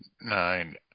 nine